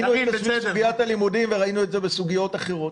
ראינו את זה בסוגיית הלימודים וראינו את זה בסוגיות אחרות.